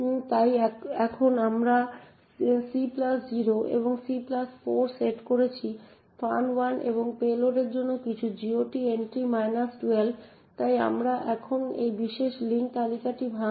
তাই এখন আমরা c0 এবং c4 সেট করছি ফান 1 এবং পেলোডের জন্য কিছু GOT এন্ট্রি মাইনাস 12 তাই আমরা এখন এই বিশেষ লিঙ্ক তালিকাটি ভাঙছি